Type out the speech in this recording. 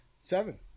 Seven